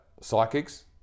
psychics